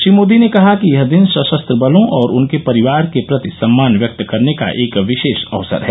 श्री मोदी ने कहा है कि यह दिन सशस्त्र बलों और उनके परिवार के प्रति सम्मान व्यक्त करने का विशेष अवसर है